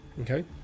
Okay